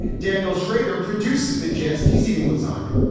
daniel schrader produces the gist. he's eating lasagna.